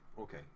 okay